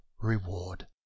reward